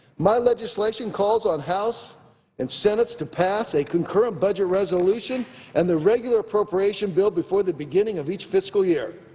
my legislation calls on house and senate to pass a concurrent budget resolution and the regular appropriation bill before the beginning of each fiscal year.